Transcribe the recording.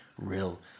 real